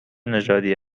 نژادی